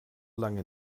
lange